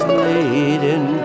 laden